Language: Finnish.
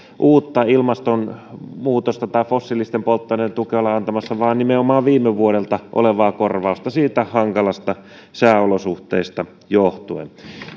uutta ilmastonmuutosta tai fossiilisten polttoaineiden tukea olla antamassa vaan nimenomaan viime vuodelta olevaa korvausta niistä hankalista sääolosuhteista johtuen